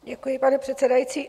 Děkuji, pane předsedající.